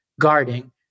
guarding